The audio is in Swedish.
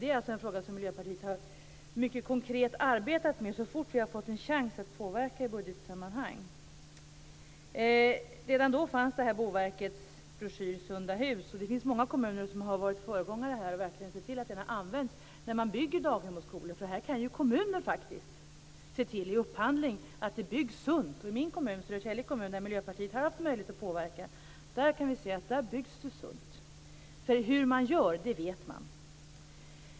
Det är en fråga som Miljöpartiet har arbetat mycket konkret med så fort vi har fått en chans att påverka i budgetsammanhang. Redan då fanns Boverkets broschyr Sunda hus. Det finns många kommuner som har varit föregångare och verkligen sett till att den har använts när man har byggt daghem och skolor. Här kan faktiskt kommunen vid upphandlingen se till att det byggs sunt. I min kommun, Södertälje kommun, där Miljöpartiet har haft möjlighet att påverka, kan vi se att det byggs sunt. Hur man gör vet man.